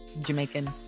Jamaican